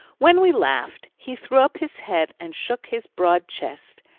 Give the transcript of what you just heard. when we laughed, he threw up his head and shook his broad chest,